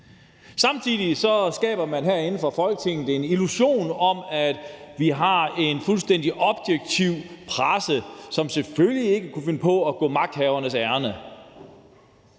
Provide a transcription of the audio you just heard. Samtidig skaber man herinde fra Folketinget en illusion om, at vi har en fuldstændig objektiv presse, som selvfølgelig ikke kunne finde på at gå magthavernes ærinde.